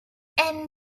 and